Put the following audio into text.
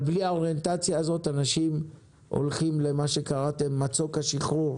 אבל בלי האוריינטציה הזאת אנשים הולכים למה שקראתם לו 'מצוק השחרור'